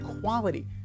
quality